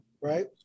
right